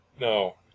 No